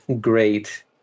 great